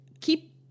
keep